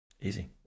Easy